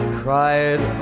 cried